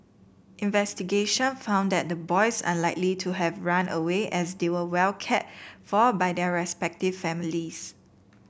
investigation found that the boys unlikely to have run away as they were well care for by their respective families